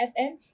FM